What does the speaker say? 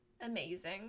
amazing